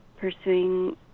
pursuing